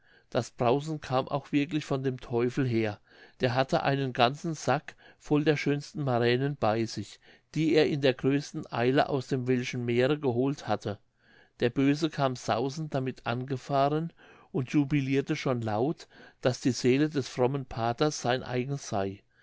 das brausen kam auch wirklich von dem teufel her der hatte einen ganzen sack voll der schönsten maränen bei sich die er in der größten eile aus dem welschen meere geholt hatte der böse kam sausend damit angefahren und jubilirte schon laut daß die seele des frommen paters sein eigen sey